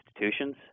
institutions